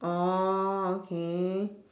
orh okay